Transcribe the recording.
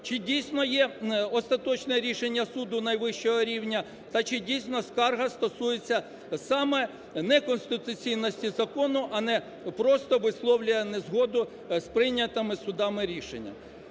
чи дійсно є остаточне рішення суду найвищого рівня та чи дійсно скарга стосується саме неконституційності закону, а не просто висловлює незгоду з прийнятими судами рішеннями.